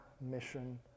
mission